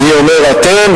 אני אומר "אתם",